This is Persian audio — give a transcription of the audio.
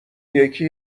یکی